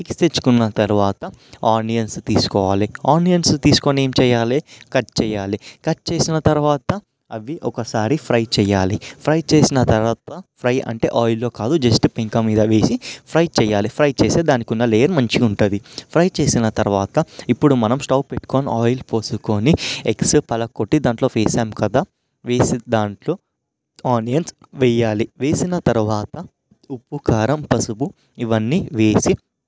eggs తెచ్చుకున్న తరువాత onions తీసుకోవాలి ఆనియన్స్ తీసుకొని ఏం చేయాలి కట్ చేయాలి కట్ చేసిన తరువాత అవి ఒకసారి ఫ్రై చేయాలి ఫ్రై చేసిన తరువాత ఫ్రై అంటే ఆయిల్లో కాదు జస్ట్ పెంక మీద వేసి ఫ్రై చేయాలి ఫ్రై చేసే దానికి ఉన్న లేయర్ మంచిగా ఉంటుంది ఫ్రై చేసిన తరువాత ఇప్పుడు మనం స్టవ్ పెట్టుకొని ఆయిల్ పోసుకొని ఎగ్స్ పగలగొట్టి దాంట్లో వేసాము కదా వేసిన దాంట్లో ఆనియన్స్ వేయాలి వేసిన తరువాత ఉప్పు కారం పసుపు ఇవన్నీ వేసి